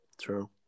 true